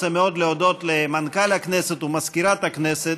אני רוצה מאוד להודות למנכ"ל הכנסת ולמזכירת הכנסת,